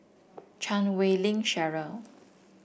Chan Wei Ling Cheryl